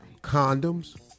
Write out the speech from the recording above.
Condoms